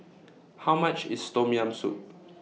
How much IS Tom Yam Soup